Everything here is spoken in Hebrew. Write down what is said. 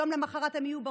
יום למוחרת הם יהיו בחוץ.